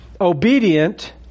obedient